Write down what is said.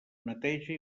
neteja